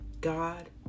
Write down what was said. God